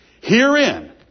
Herein